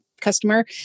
customer